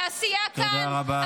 בעשייה כאן -- תודה רבה.